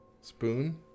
Spoon